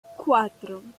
cuatro